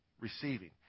receiving